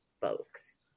folks